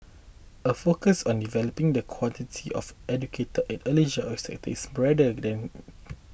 a focus on developing the quality of educator in the early sector is brighter than